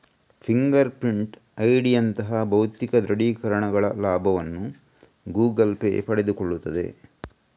finger print ಐಡಿಯಂತಹ ಭೌತಿಕ ದೃಢೀಕರಣಗಳ ಲಾಭವನ್ನು ಗೂಗಲ್ ಪೇ ಪಡೆದುಕೊಳ್ಳುತ್ತದೆ